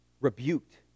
rebuked